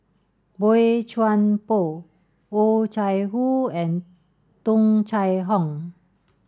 Boey Chuan Poh Oh Chai Hoo and Tung Chye Hong